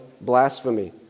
blasphemy